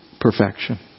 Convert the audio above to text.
perfection